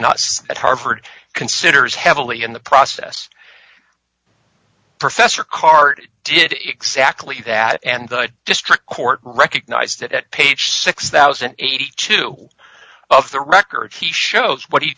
harvard at harvard considers heavily in the process professor carter did exactly that and the district court recognized that at page six thousand and eighty two of the records he shows what he